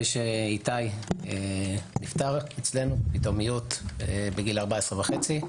שאיתי נפטר בפתאומיות בגיל 14.5,